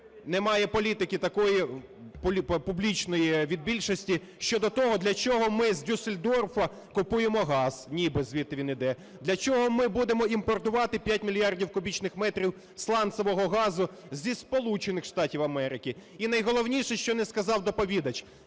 немає політики такої публічної від більшості щодо того, для чого ми з Дюссельдорфу купуємо газ, ніби звідки він іде, для чого ми будемо імпортувати 5 мільярдів кубічних метрів сланцевого газу зі Сполучених Штатів Америки. І, найголовніше, що не сказав доповідач,